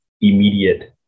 immediate